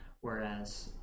Whereas